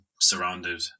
surrounded